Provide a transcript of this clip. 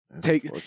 Take